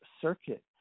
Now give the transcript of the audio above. circuit